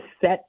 set